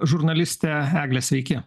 žurnalistė egle sveiki